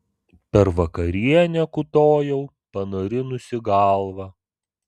per vakarienę kiūtojau panarinusi galvą